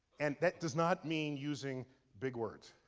and that does not mean using big words.